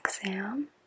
exam